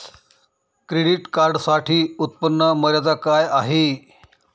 Credit कार्डसाठी उत्त्पन्न मर्यादा काय आहे?